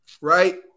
right